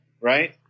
right